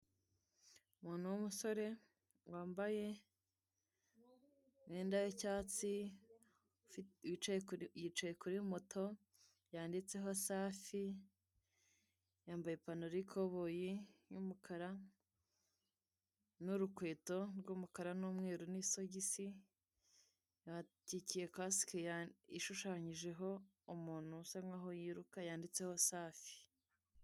Umuntu w'umusore wambaye imyenda y'icyatsi yicaye kuri moto yanditseho safi, yambaye ipantaro y'ikoboyi y'umukara n'urukweto rw'umukara n'umweru n'isogisi, yakikiye kasikie ishushanyijeho umuntu usa nkaho yiruka yanditseho safi.